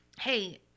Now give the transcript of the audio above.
hey